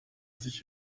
sich